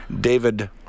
David